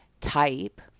type